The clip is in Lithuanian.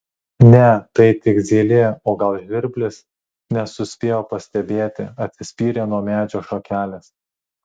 ne tai tik zylė o gal žvirblis nesuspėjo pastebėti atsispyrė nuo medžio šakelės